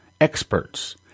experts